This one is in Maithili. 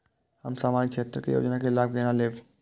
हम सामाजिक क्षेत्र के योजना के लाभ केना लेब?